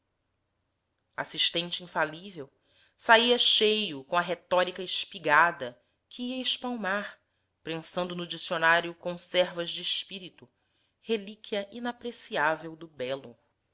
assistente infalível saia cheio com a retórica espigada que ia espalmar prensando no dicionário conservas de espírito relíquia inapreciável do belo